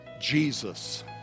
Jesus